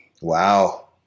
wow